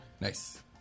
Nice